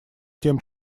тем